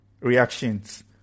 reactions